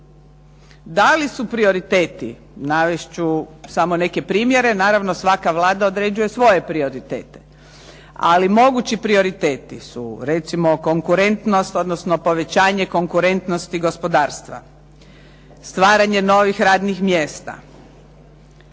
Da li su prioriteti, navest ću samo neke primjere, naravno svaka Vlada određuje svoje prioritete, ali mogući prioriteti su recimo konkurentnost, odnosno povećanje konkurentnosti gospodarstva, stvaranje novih radnih mjesta,